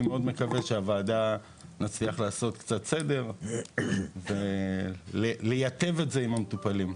אני מאוד מקווה שהוועדה תצליח לעשות קצת סדר ולטייב את זה עם המטופלים.